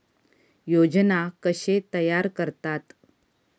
योजना कशे तयार करतात?